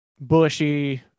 bushy